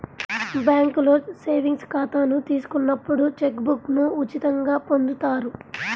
బ్యేంకులో సేవింగ్స్ ఖాతాను తీసుకున్నప్పుడు చెక్ బుక్ను ఉచితంగా పొందుతారు